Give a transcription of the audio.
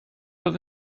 oedd